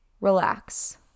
relax